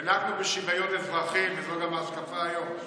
ונהגנו בשוויון אזרחי, וזו ההשקפה גם היום.